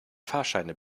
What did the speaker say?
fahrscheine